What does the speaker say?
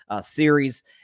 series